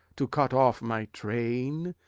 to cut off my train,